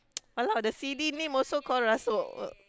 !walao! the C_D name also called Rusell